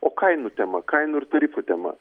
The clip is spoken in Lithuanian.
o kainų tema kainų ir tarifų tema